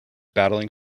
battling